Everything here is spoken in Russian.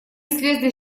слезли